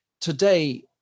Today